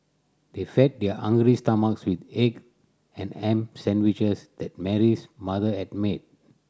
they fed their hungry stomachs with egg and ham sandwiches that Mary's mother had made